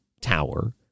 Tower